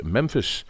Memphis